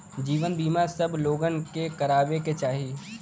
जीवन बीमा सब लोगन के करावे के चाही